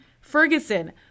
Ferguson